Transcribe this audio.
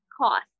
cost